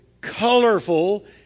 colorful